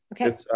Okay